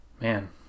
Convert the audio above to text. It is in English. Man